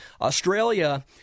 Australia